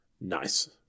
nice